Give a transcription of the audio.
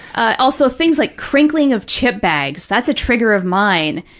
ah also things like crinkling of chip bags, that's a trigger of mine.